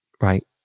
right